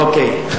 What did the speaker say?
אוקיי.